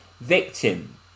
victim